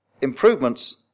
improvements